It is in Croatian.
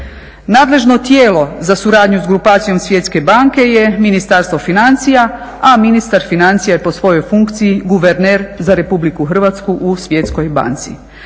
nadležno tijelo za suradnju s grupacijom Svjetske banke je Ministarstvo financija, a ministar financija je po svojoj funkciji guverner za RH u Svjetskoj banci.